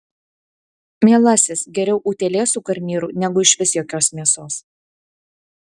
mielasis geriau utėlė su garnyru negu išvis jokios mėsos